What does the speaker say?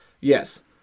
Yes